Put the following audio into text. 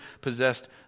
possessed